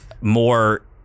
more